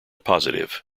positive